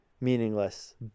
meaningless